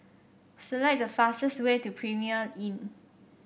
select the fastest way to Premier Inn